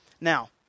Now